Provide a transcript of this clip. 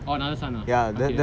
orh another son ah